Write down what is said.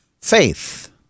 Faith